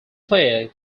player